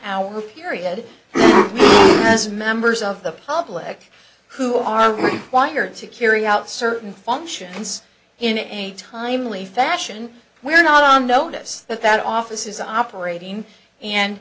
hour period as members of the public who are required to carry out certain functions in a timely fashion we are not on notice that that office is operating and